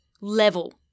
level